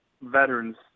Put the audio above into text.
veterans